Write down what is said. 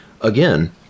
again